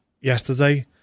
yesterday